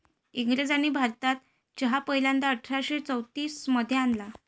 इंग्रजांनी भारतात चहा पहिल्यांदा अठरा शे चौतीस मध्ये आणला